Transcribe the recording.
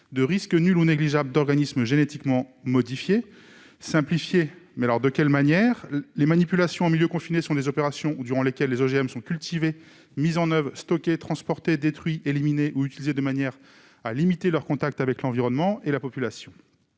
de risque nul ou négligeable d'organismes génétiquement modifiés. Simplifier, mais de quelle manière ? Les manipulations en milieu confiné sont des opérations durant lesquelles les OGM sont cultivés, mis en oeuvre, stockés, transportés, détruits, éliminés ou utilisés de manière à limiter leurs contacts avec l'environnement et la population.